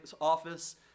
office